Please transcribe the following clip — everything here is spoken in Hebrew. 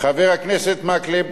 חבר הכנסת מקלב,